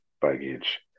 baggage